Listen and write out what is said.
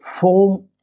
form